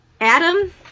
Adam